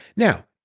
now,